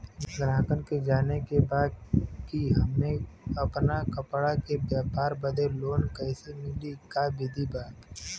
गराहक के जाने के बा कि हमे अपना कपड़ा के व्यापार बदे लोन कैसे मिली का विधि बा?